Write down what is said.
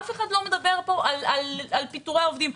אף אחד לא מדבר פה על פיטורי עובדים.